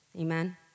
Amen